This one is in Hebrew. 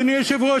אדוני היושב-ראש,